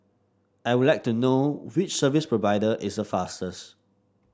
I would like to know which service provider is the fastest